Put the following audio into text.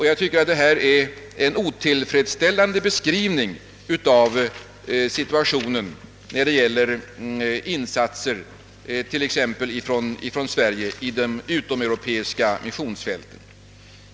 Jag tycker att detta är en otillfredsställande beskrivning av exempelvis de svenska insatserna på de utomeuropeiska missionsfälten.